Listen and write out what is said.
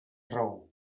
raó